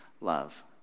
love